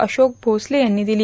अशोक मोसले यांनी दिली